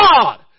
God